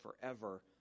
forever